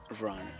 run